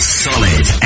solid